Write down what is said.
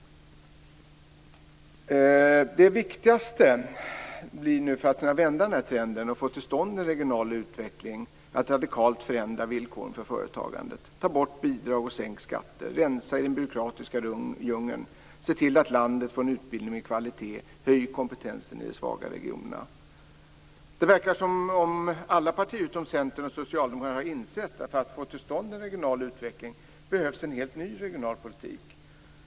Det viktigaste för att vända den här trenden och få till stånd en regional utveckling blir nu att radikalt förändra villkoren för företagandet. Ta bort bidrag, sänk skatter, rensa i den byråkratiska djungeln, se till att landet får en utbildning med kvalitet, höj kompetensen i de svaga regionerna! Det verkar som om alla partier utom Centern och Socialdemokraterna har insett att det för att få till stånd en regional utveckling behövs en helt ny regionalpolitik.